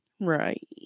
right